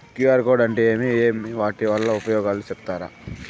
QR code అంటే ఏమి వాటి ఉపయోగాలు సెప్తారా?